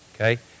okay